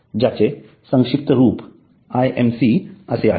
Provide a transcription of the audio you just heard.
ज्याचे संक्षिप्त रूप IMC असे आहे